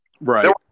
Right